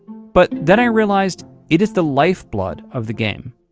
but then i realized it is the lifeblood of the game.